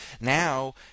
now